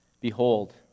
behold